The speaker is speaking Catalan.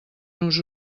nos